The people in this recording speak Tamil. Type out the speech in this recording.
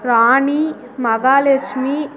ராணி மகாலட்சுமி